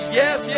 yes